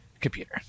computer